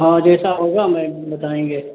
हाँ जैसा होगा मैं बताएँगे